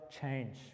change